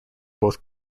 both